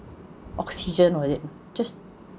oxygen was it just